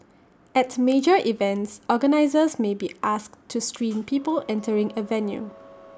at major events organisers may be asked to screen people entering A venue